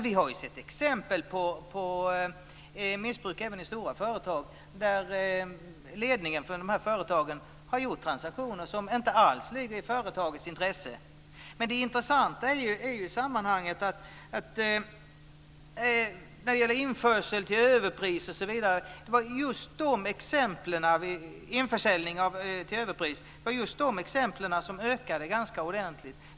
Vi har sett exempel på missbruk även i stora företag, där ledningen har gjort transaktioner som inte alls ligger i företagets intresse. Men det intressanta i sammanhanget är att införsäljning till överpriser var just det som ökade ganska ordentligt.